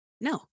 no